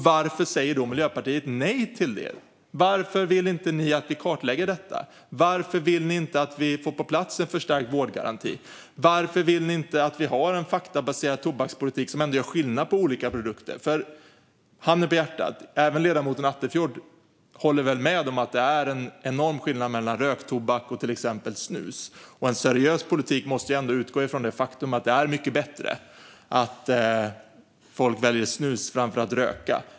Varför säger då Miljöpartiet nej? Varför vill ni inte att vi kartlägger detta? Varför vill ni inte få på plats en förstärkt vårdgaranti? Varför vill ni inte att vi ska ha en faktabaserad tobakspolitik som gör skillnad på olika produkter? Handen på hjärtat - även ledamoten Attefjord håller väl med om att det är enorm skillnad mellan röktobak och till exempel snus? En seriös politik måste ändå utgå från faktumet att det är mycket bättre att folk väljer att snusa framför att röka.